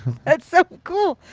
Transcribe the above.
that's so cool.